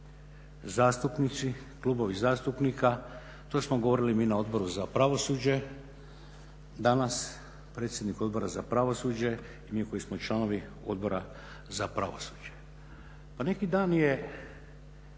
zastupnici, klubovi zastupnika, to smo govorili mi na Odbor za pravosuđe, danas predsjednik Odbora za pravosuđe i mi koji smo članovi Odbora za pravosuđe. Pa neki dan je